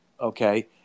okay